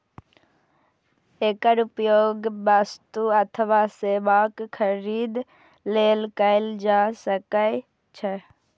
एकर उपयोग वस्तु अथवा सेवाक खरीद लेल कैल जा सकै छै